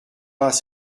pas